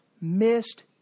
missed